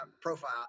profile